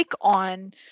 on